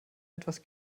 etwas